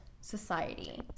society